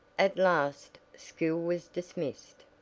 at last school was dismissed.